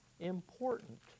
important